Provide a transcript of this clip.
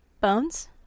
Bones